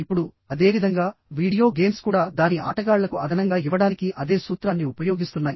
ఇప్పుడు అదే విధంగా వీడియో గేమ్స్ కూడా దాని ఆటగాళ్లకు అదనంగా ఇవ్వడానికి అదే సూత్రాన్ని ఉపయోగిస్తున్నాయి